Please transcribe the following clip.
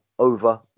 over